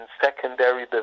secondary